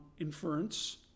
inference